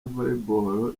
volleyball